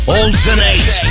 Alternate